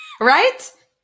right